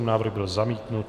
Návrh byl zamítnut.